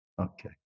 Okay